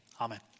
amen